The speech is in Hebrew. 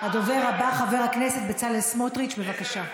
הדובר הבא, חבר הכנסת בצלאל סמוטריץ, בבקשה.